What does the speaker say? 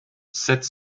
sept